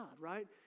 right